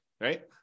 right